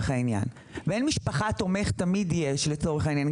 בן משפחה תומך תמיד יש לצורך העניין,